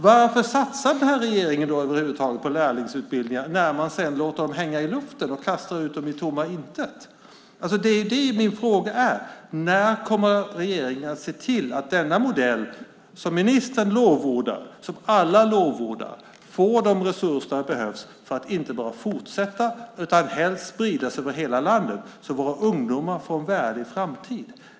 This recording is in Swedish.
Varför satsar den här regeringen över huvud taget på lärlingsutbildningar när man sedan låter ungdomarna hänga i luften och kastar ut dem i tomma intet? Min fråga är alltså: När kommer regeringen att se till att den modell som ministern och alla lovordar får de resurser som behövs inte bara för att man ska kunna fortsätta med den utan också, och helst, för att den ska kunna spridas över hela landet så att våra ungdomar får en värdig framtid?